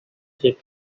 take